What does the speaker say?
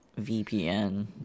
VPN